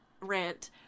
rant